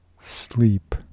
Sleep